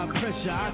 pressure